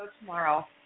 tomorrow